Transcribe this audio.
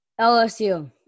LSU